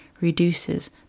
reduces